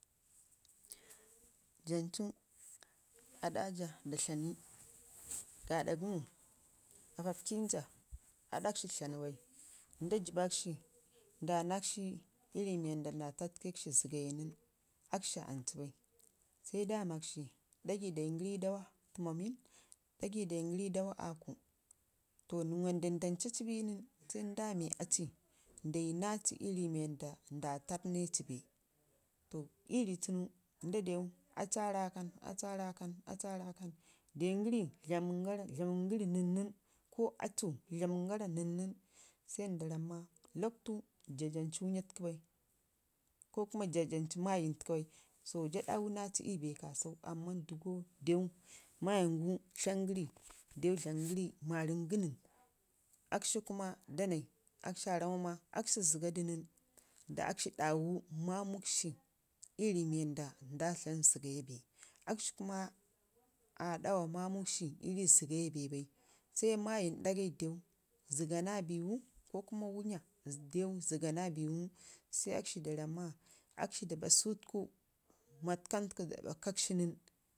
Jancu aɗaja da tlaanyi gaa ɗa gəmmo aafafkənja adakshi flaana bai nda jibba kshi ndayanakshi rri wanda nda tatke kshi zəgaya nən akshi aancu bai sai nda makshi ɗagi dayəngəri ii daawa dawa aaku, to mii wanda ndame aci ndayi naa aci rri wanda nda tarrneci beetoii rri tunu nda den aci aa rakan, aci aa rakan to dengori dlamingəri nən nən, ko aatu dlamingəri nən nən sai nda ramma, lockwtu jaa jancu wəya tuku bai ko kuma jaa hancu mayəm tuku bai to jaa ɗawu naa aci ii ɓa kasau amman dəgo dea mayəmgu tlangəri dlaməngəri mazəm gə nən akshi kuma danai akshi aa ramau maa akshi zəgadu nən da akshi ɗawu masu akshi ii rri wanda nda dlam zəgayau akshi kuma aa ɗa wa mamukshi ii rri zəyəm ɗagai dew zəga naa biwu ko kama wənya zəga naa biwu sai akshi da ramma, akshi da ɗa sutuku matkamtu da dlaɓa kakshi nən